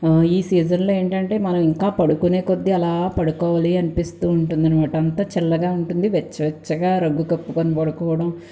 ఈ సీజన్లో ఏంటంటే మనం ఇంకా పడుకునే కొద్దీ అలా పడుకోవాలి అనిపిస్తుంది ఉంటుంది అన్నమాట అంత చల్లగా ఉంటుంది వెచ్చవెచ్చగా రగ్గు కప్పుకొని పడుకోవడం